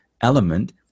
element